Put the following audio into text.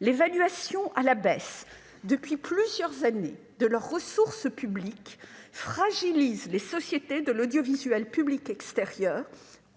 L'évolution à la baisse depuis plusieurs années de leurs ressources publiques fragilise les sociétés de l'audiovisuel public extérieur, confrontées